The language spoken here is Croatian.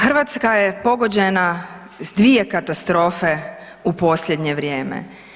Hrvatska je pogođena s dvije katastrofe u posljednje vrijeme.